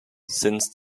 since